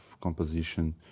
composition